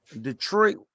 Detroit